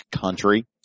country